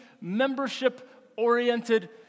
membership-oriented